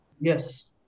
yes